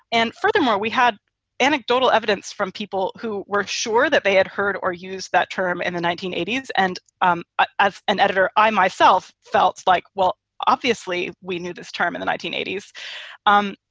and furthermore, we had anecdotal evidence from people who were sure that they had heard or used that term in the nineteen eighty s. and um ah as an editor, i myself felt like, well, obviously we knew this term in the nineteen eighty s. um